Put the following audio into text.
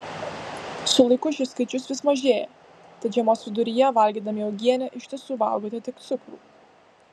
su laiku šis skaičius vis mažėja tad žiemos viduryje valgydami uogienę iš tiesų valgote tik cukrų